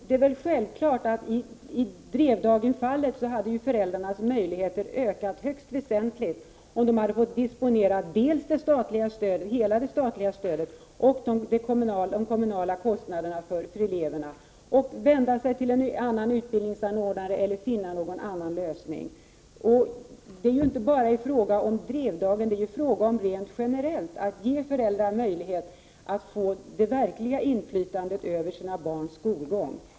Det är väl självklart att föräldrarnas möjligheter i Drevdagen hade ökat högst väsentligt, om de hade fått disponera dels hela det statliga stödet, dels de kommunala resurser som är hänförliga till eleverna. Då hade de kunnat vända sig till en annan utbildningsanordnare eller finna en annan lösning. Detta är inte bara en fråga om Drevdagen utan en fråga om att rent generellt ge föräldrar möjlighet att få det verkliga inflytandet över sina barns skolgång.